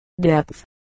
depth